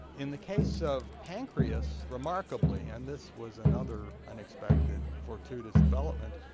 in the case of pancreas remarkably and this was another unexpected fortuitous development,